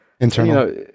Internal